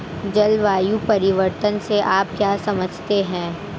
जलवायु परिवर्तन से आप क्या समझते हैं?